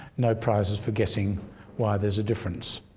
no prizes for guessing why there's a difference.